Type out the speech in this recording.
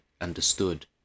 understood